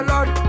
Lord